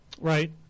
Right